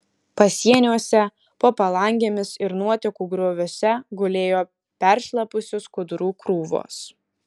pasieniuose po palangėmis ir nuotekų grioviuose gulėjo peršlapusių skudurų krūvos